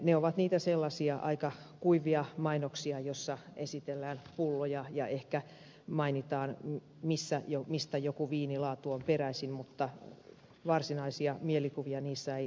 ne ovat niitä sellaisia aika kuivia mainoksia joissa esitellään pulloja ja ehkä mainitaan mistä joku viinilaatu on peräisin mutta varsinaisia mielikuvia niissä ei luoda